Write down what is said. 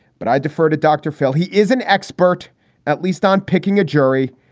but i defer to dr. phil. he is an expert at least on picking a jury.